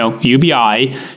UBI